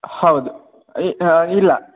ಹೌದು ಈ ಇಲ್ಲ